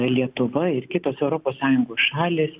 lietuva ir kitos europos sąjungos šalys